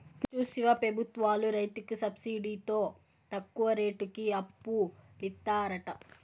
చూస్తివా పెబుత్వాలు రైతులకి సబ్సిడితో తక్కువ రేటుకి అప్పులిత్తారట